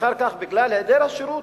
ואחר כך, בגלל היעדר השירות,